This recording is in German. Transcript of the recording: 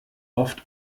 oft